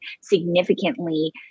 significantly